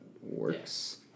works